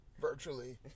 virtually